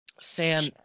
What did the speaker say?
Sam